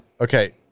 Okay